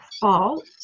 fault